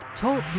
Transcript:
talk